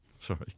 sorry